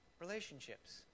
relationships